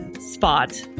Spot